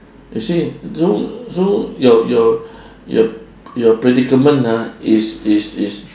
you see so so your your your your predicament ah is is is